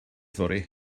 fory